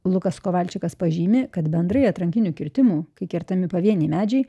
lukas kovalčikas pažymi kad bendrai atrankinių kirtimų kai kertami pavieniai medžiai